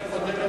אני פותר,